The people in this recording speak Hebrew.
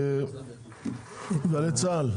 גלי צה"ל.